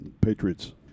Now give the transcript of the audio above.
Patriots